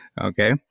okay